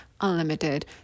unlimited